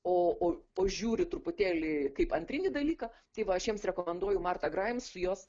o o žiūri truputėlį kaip antrinį dalyką tai va aš jiems rekomenduoju martą graims su jos